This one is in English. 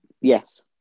Yes